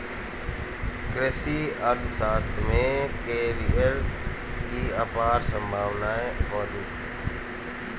कृषि अर्थशास्त्र में करियर की अपार संभावनाएं मौजूद है